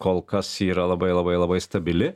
kol kas yra labai labai labai stabili